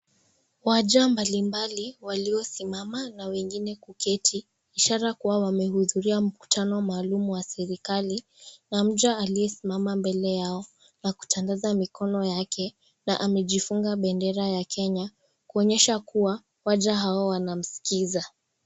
Wajaa mbalimbali waliosimama na wengine kuketi, ishara kuwa wamehudhuria mkutano maalum wa serikali na mja aliyesimama mbele yao na kutngaza mikono yake na amejifunga bendera ya Kenya kuonyesha kuwa jana hao wanamskiza.